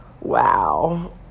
Wow